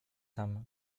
tam